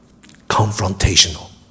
confrontational